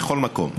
בכל מקום.